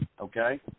Okay